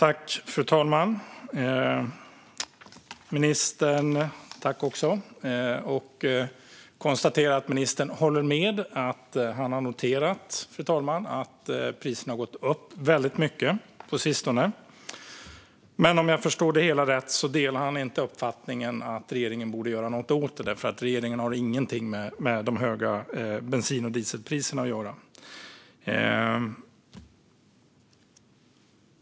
Fru talman! Jag konstaterar att ministern har noterat och håller med om att priserna har gått upp väldigt mycket på sistone. Om jag förstår det hela rätt delar han dock inte uppfattningen att regeringen borde göra något åt det, för regeringen har ingenting med de höga bensin och dieselpriserna att göra.